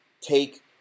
take